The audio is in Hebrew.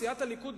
סיעת הליכוד,